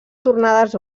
tornades